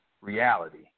reality